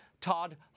Todd